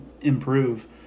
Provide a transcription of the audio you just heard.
improve